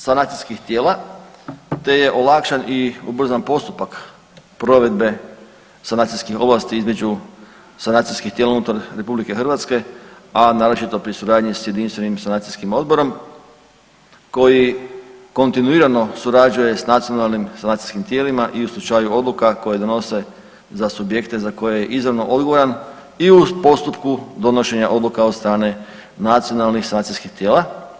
Smanjen je broj sanacijskih tijela te je olakšan i ubrzan postupak provedbe sanacijskih ovlasti između sanacijskih tijela unutar RH, a naročito pri suradnji s jedinstvenim sanacijskim odborom koji kontinuirano surađuje s nacionalnim sanacijskim tijelima i u slučaju odluka koje donose za subjekte za koje je izravno odgovoran i u postupku donošenja odluka od strane nacionalnih sanacijskih tijela.